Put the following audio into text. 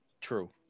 True